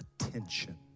attention